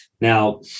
Now